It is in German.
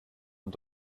und